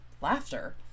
laughter